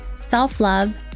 self-love